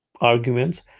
arguments